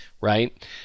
right